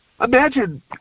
imagine